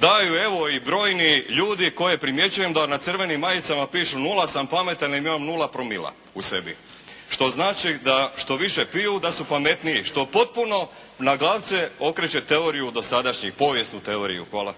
daju evo i brojni ljudi koje primjećujem da na crvenim majicama pišu "0 sam pametan i imam 0 promila u sebi", što znači da što više piju da su pametniji. Što potpuno naglavce okreće teoriju dosadašnjih, povijesnu teoriju. Hvala.